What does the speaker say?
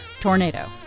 tornado